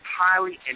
highly